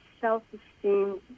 self-esteem